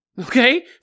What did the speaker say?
okay